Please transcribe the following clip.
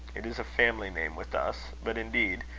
it is a family name with us. but, indeed,